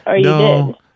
No